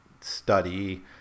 study